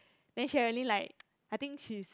then Sherilyn like I think she's